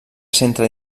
centre